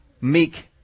meek